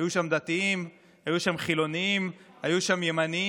היו שם דתיים, היו שם חילונים, היו שם ימניים,